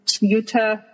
Utah